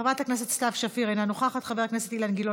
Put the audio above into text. חברת הכנסת חנין זועבי,